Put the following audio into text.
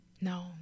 No